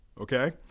Okay